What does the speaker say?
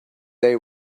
they